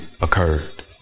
occurred